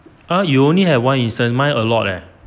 !huh! you only have one instance mine a lot leh